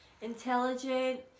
intelligent